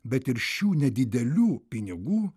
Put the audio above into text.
bet ir šių nedidelių pinigų